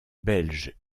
belges